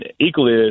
equally